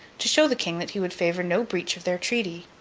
to show the king that he would favour no breach of their treaty.